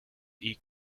eat